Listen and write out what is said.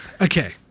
Okay